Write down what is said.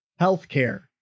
healthcare